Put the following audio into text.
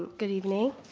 good evening.